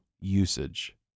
usage